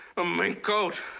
a mink coat.